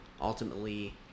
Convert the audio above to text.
ultimately